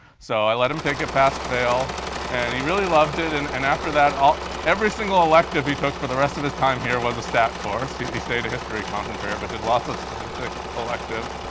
so i let him take a pass fail and he really loved it, and and after that, ah every single elective he took for the rest of his time here was a stat course he he stayed a history concentrator but did lots of statistics electives.